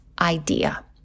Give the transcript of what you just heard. idea